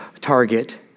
Target